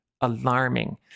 alarming